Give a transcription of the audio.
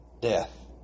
death